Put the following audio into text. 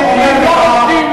לא עובדים,